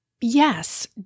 Yes